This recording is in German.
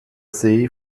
see